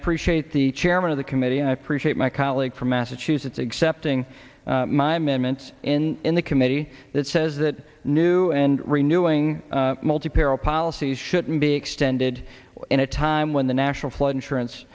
appreciate the chairman of the committee and i appreciate my colleague from massachusetts accepting my minutes in in the committee that says that new and renewing multiple policies shouldn't be extended in a time when the national flood insurance